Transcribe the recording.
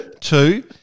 Two